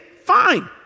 fine